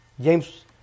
James